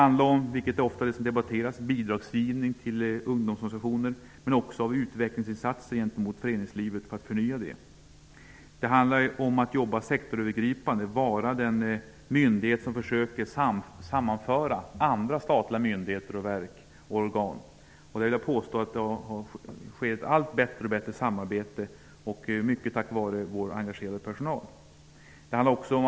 Något som ofta debatteras är bidragsgivning till ungdomsorganisationer, men vi svarar också för utvecklingsinsatser för att förnya föreningslivet. Vi arbetar också sektorsövergripande. Ungdomsrådet skall vara den myndighet som försöker sammanföra andra statliga myndigheter, verk och organ. Jag vill påstå att det bedrivs ett allt bättre samarbete, mycket tack vare vår engagerade personal.